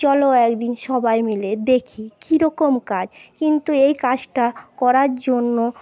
চলো একদিন সবাই মিলে দেখি কীরকম কাজ কিন্তু এই কাজটা করার জন্য